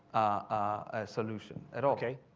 a solution at all. okay